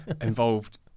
involved